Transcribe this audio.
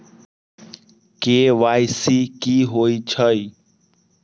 KYC कि होई छई?